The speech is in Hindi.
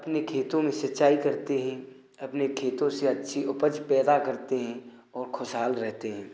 अपने खेतों में सिंचाई करते हैं अपने खेतों से अच्छी उपज पैदा करते हैं और खुशहाल रहते हैं